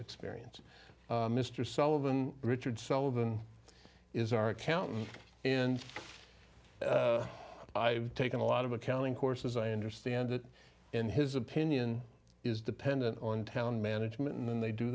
experience mr sullivan richard sullivan is our accountant and i've taken a lot of accounting courses i understand that in his opinion is dependent on town management and then they do